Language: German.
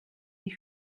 die